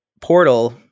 portal